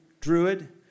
druid